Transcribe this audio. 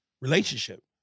Relationship